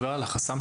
רפול,